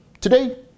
Today